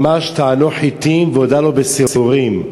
ממש "טענו חיטין והודה לו בשעורין".